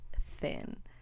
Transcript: thin